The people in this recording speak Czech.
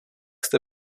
jste